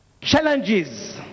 challenges